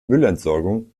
müllentsorgung